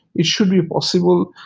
it should be possible.